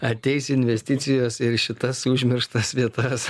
ateis investicijos ir į šitas užmirštas vietas